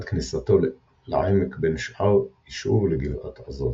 עד כניסתו לעמק בין שאר ישוב לגבעת עזז,